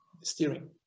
Steering